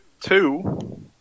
Two